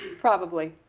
probably,